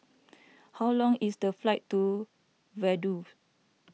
how long is the flight to Vaduz